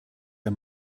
der